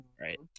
right